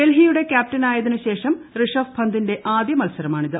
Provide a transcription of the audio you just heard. ഡൽഹിയുടെ കൃാപ്റ്റനായതിനുശേഷം ഋഷഭ് പന്തിന്റെ ആദ്യ മത്സരമാണിത്